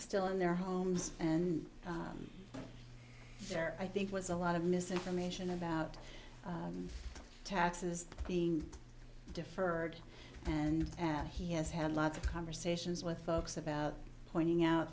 still in their homes and there i think was a lot of misinformation about taxes being deferred and and he has had lots of conversations with folks about pointing out